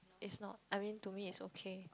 it's not I mean to me it's okay